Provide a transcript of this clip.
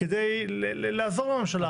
כדי לעזור לממשלה.